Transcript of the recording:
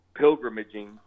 pilgrimaging